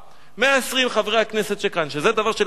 120 חברי הכנסת שכאן, שזה דבר שלטעמי הוא